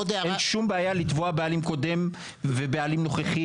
אין שום בעיה לתבוע בעלים קודם ובעלים נוכחי.